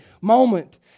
moment